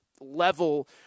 level